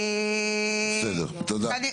בסדר, תודה.